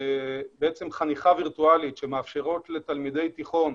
חניכה וירטואלית שמאפשרת לתלמידי תיכון,